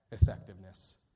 effectiveness